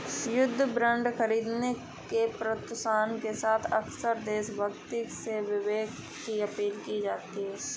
युद्ध बांड खरीदने के प्रोत्साहन के साथ अक्सर देशभक्ति और विवेक की अपील की जाती है